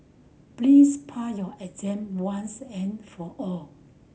please pass your exam once and for all